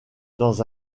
dans